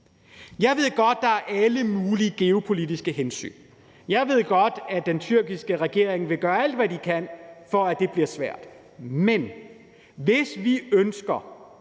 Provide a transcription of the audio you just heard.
Jeg ved godt, der er alle mulige geopolitiske hensyn, jeg ved godt, at den tyrkiske regering vil gøre alt, hvad den kan, for, at det bliver svært, men hvis vi ønsker